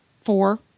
Four